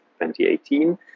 2018